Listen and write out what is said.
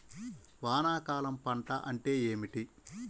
వానాకాలం పంట అంటే ఏమిటి?